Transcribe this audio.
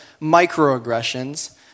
microaggressions